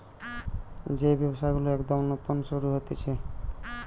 যেই ব্যবসা গুলো একদম নতুন শুরু হতিছে